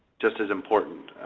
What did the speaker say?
just as important,